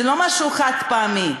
זה לא משהו חד-פעמי,